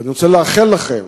ואני רוצה לאחל לכם